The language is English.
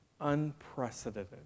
unprecedented